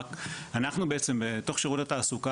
אנחנו בעצם בתוך שירות התעסוקה,